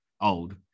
old